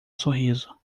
sorriso